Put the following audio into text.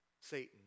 Satan